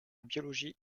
biologie